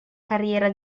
carriera